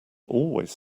always